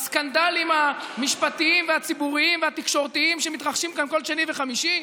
בסקנדלים המשפטיים והציבוריים והתקשורתיים שמתרחשים כאן כל שני וחמישי,